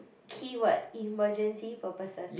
keyword emergency purposes